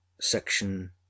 section